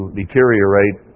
deteriorate